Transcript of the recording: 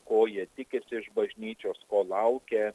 ko jie tikisi iš bažnyčios o laukia